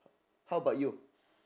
how about you